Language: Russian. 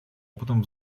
опытом